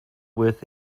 with